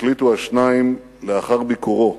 החליטו השניים, לאחר ביקורו,